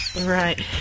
Right